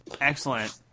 Excellent